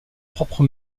propre